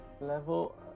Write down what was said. Level